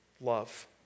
love